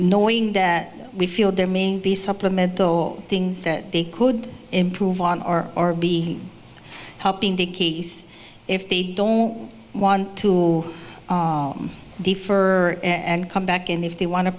knowing that we feel there may be supplemental things that they could improve on or or be helping the case if they don't want to defer and come back in if they wan